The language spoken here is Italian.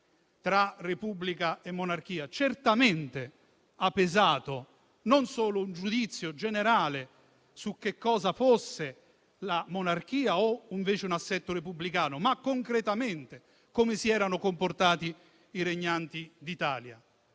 tra Repubblica e monarchia. Certamente ha pesato non solo un giudizio generale su che cosa fosse o la monarchia o invece un assetto repubblicano, ma concretamente come si erano comportati i regnanti d'Italia.